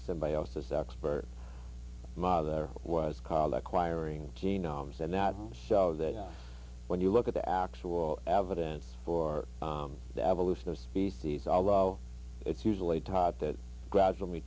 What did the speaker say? symbiosis oxford mother was called acquiring genomes and that showed that when you look at the actual evidence for the evolution of species although it's usually taught that gradually